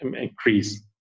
increase